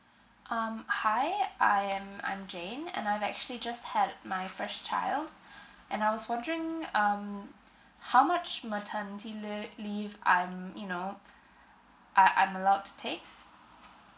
um hi I am I'm jane and I've actually just had my first child and I was wondering um how much maternity lea~ leave I'm you know I I'm allowed to take